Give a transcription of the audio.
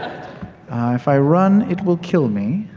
if i run, it will kill me.